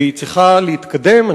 והיא צריכה להתקדם,